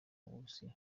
burusiya